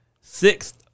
sixth